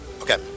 Okay